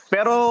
Pero